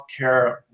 healthcare